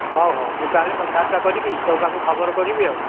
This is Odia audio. ହଉ ହଉ ମୁଁ ତା'ହେଲେ ମୁଁ କଥାବାର୍ତ୍ତା କରିକି ତୋ ପାଖକୁ ଖବର କରିବି ଆଉ